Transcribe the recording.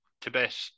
Tibet